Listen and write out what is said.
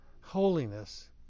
holiness